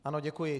Ano, děkuji.